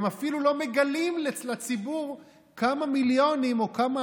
הם אפילו לא מגלים לציבור כמה מיליונים או כמה